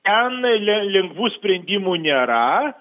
ten le lengvų sprendimų nėra